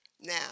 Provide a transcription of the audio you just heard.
Now